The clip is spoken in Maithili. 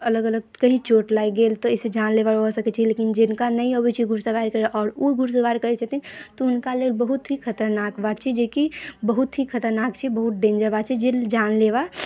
अलग अलग कही चोट लागि गेल तऽ एहिसे जानलेवा भऽ सकै छै लेकिन जिनका नहि अबै छै घुड़सवारी तेकरा आओर ओ घुड़सवारी करै छथिन तऽ हुनका लेल बहुत ही खतरनाक बात छै जेकि बहुत ही खतरनाक छै बहुत डेंजर बात छै जे जानलेवा